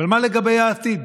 אבל מה לגבי העתיד?